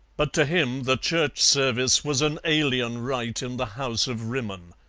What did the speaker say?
but to him the church service was an alien rite in the house of rimmon.